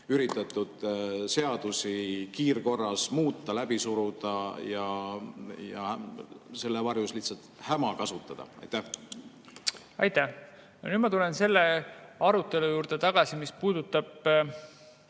üritatud seadusi kiirkorras muuta, läbi suruda ja selle varjus lihtsalt häma kasutada? Aitäh! Nüüd ma tulen selle arutelu juurde tagasi, mis puudutab